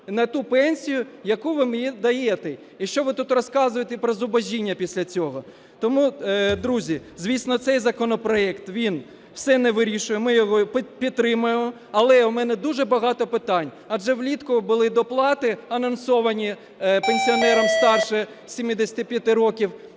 на ту пенсію, яку ви їм даєте. І що ви тут розказуєте про зубожіння після цього? Тому, друзі, звісно, цей законопроект, він все не вирішує, ми його підтримаємо. Але у мене дуже багато питань. Адже влітку були доплати анонсовані пенсіонерам старше 75 років,